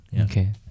okay